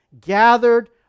Gathered